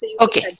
Okay